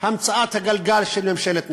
המצאת הגלגל של ממשלת נתניהו.